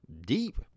deep